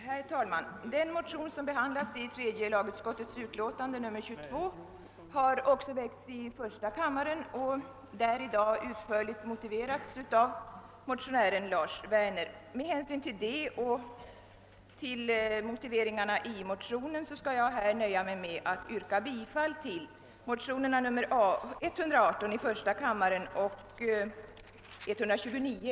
Herr talman! Den motion som 'behandlas i tredje lagutskottets utlåtande nr 22 har också väckts i första kammaren. Motionen har i dag utförligt motiverats där av motionären Lars Werner. Med hänsyn därtill och till de motiveringar som givits i motionen ber jag att få nöja mig med att yrka bifall till motionerna I: 118 och II: 129.